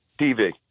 TV